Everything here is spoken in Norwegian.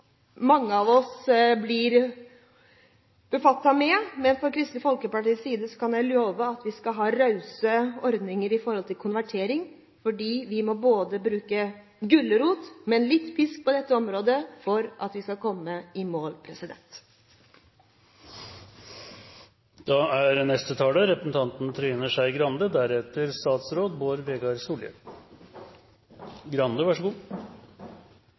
mange av oss får befatning med. Fra Kristelig Folkepartis side kan jeg love at vi skal ha rause ordninger når det gjelder konvertering. Vi må bruke gulrot, men også litt pisk på dette området for å komme i mål. I 2007 la regjeringa fram den første klimameldinga. Da